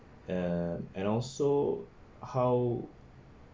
um and also how